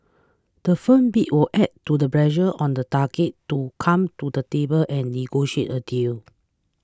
the firm bid will add to the pressure on the target to come to the table and negotiate a deal